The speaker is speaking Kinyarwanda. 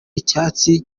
icyatsi